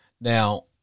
Now